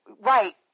Right